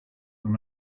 wenn